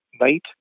night